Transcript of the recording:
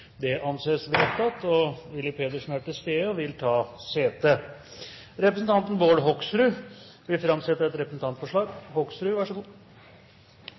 Willy Pedersen er til stede og vil ta sete. Representanten Bård Hoksrud vil framsette et representantforslag.